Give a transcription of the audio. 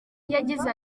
yagize